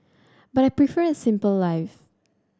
but I prefer a simple life